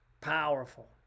powerful